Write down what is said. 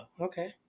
okay